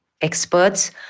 experts